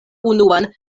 unuan